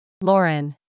Lauren